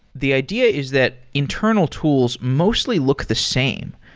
the idea is that internal tools mostly look the same.